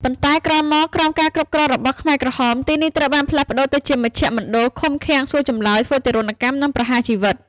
ប៉ុន្តែក្រោយមក ក្រោមការគ្រប់គ្រងរបស់ខ្មែរក្រហម ទីនេះត្រូវបានផ្លាស់ប្តូរទៅជាមជ្ឈមណ្ឌលឃុំឃាំង សួរចម្លើយ ធ្វើទារុណកម្ម និងប្រហារជីវិត។